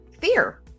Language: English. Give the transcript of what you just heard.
fear